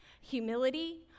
humility